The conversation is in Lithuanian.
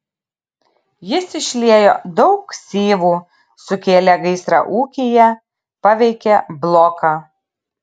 jis išliejo daug syvų sukėlė gaisrą ūkyje paveikė bloką